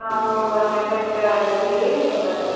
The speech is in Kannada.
ನಾವು ಒಂದು ಗಂಟೆಗ ಇರ್ತೀವಿ ರೀ ನೀವು ಬನ್ರಿ